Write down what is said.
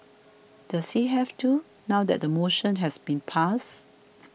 does he have to now that the motion has been passed